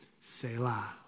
Selah